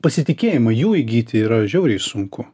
pasitikėjimą jų įgyti yra žiauriai sunku